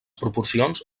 proporcions